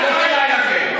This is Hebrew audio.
לא בגלל זה.